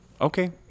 Okay